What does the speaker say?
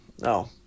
No